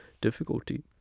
difficulty